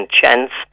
chance